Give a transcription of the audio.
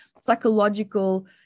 psychological